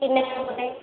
फिरण्यासारखं काही